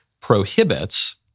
prohibits